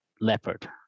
leopard